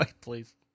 Please